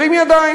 הרים ידיים